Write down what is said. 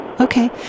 okay